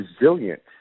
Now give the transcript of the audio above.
resilient